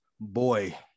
Boy